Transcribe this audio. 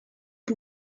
que